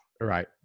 Right